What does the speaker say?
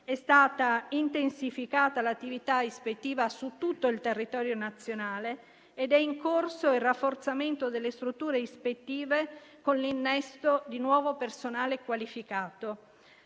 È stata intensificata l'attività ispettiva su tutto il territorio nazionale ed è in corso il rafforzamento delle strutture ispettive con l'innesto di nuovo personale qualificato: